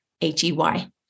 H-E-Y